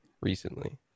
recently